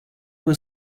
were